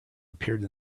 appeared